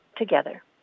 together